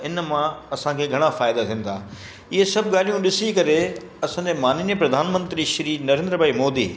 त इन मां असांखे घणा फ़ाइदा थियनि था इहा सभु ॻाल्हियूं ॾिसी करे असांजे माननीय प्रधानमंत्री श्री नरेंद्र भाई मोदी